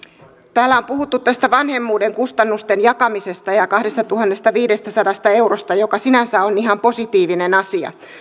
täällä on puhuttu tästä vanhemmuuden kustannusten jakamisesta ja kahdestatuhannestaviidestäsadasta eurosta joka sinänsä on ihan positiivinen asia